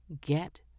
get